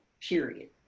period